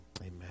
amen